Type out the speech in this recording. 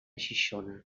xixona